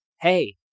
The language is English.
hey